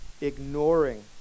ignoring